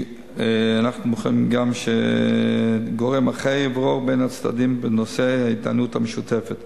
אנחנו מוכנים גם שגורם אחר יברור בין הצדדים בנושא ההתדיינות המשותפת.